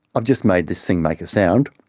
i've just made this thing make a sound,